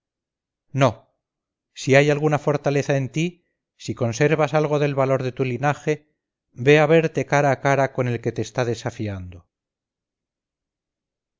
no si hay alguna fortaleza en ti si conservas algo del valor de tu linaje ve a verte cara a cara con el que te está desafiando